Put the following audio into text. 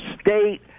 State